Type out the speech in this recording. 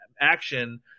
action